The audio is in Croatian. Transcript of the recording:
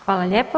Hvala lijepo.